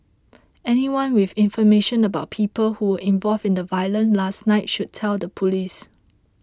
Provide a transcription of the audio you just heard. anyone with information about people who were involved in the violence last night should tell the police